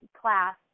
class